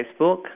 Facebook